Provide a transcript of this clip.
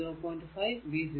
5 v0